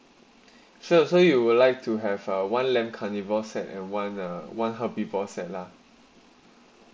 sure also you would like to have a one lamp carnival set and one ah one ah happy ball set lah